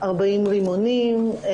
40 רימונים,